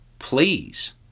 Please